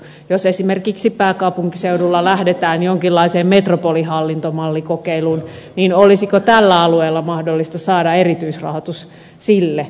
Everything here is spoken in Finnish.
jos esimerkiksi pääkaupunkiseudulla lähdetään jonkinlaiseen metropolihallintomallikokeiluun niin olisiko tällä alueella mahdollista saada erityisrahoitus sille